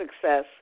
success